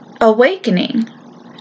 awakening